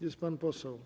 Jest pan poseł?